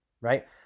right